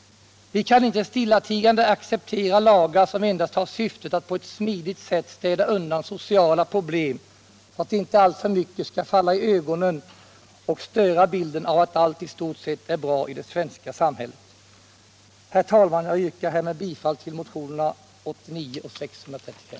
Vi kan inte stillatigande acceptera lagar som endast har syftet att på ett smidigt sätt städa undan sociala problem så att de inte alltför mycket skall falla i ögonen och störa bilden av att allt i stort sett är bra i det svenska samhället. Herr talman! Jag yrkar bifall till motionerna 1976/77:89 och 635.